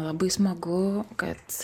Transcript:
labai smagu kad